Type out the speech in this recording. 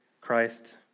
Christ